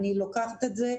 אני לוקחת את זה,